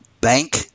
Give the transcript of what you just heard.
bank